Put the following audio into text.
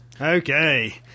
Okay